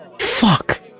Fuck